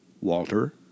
Walter